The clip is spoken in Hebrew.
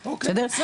בסדר?